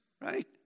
right